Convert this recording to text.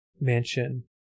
mansion